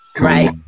Right